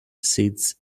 sits